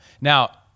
Now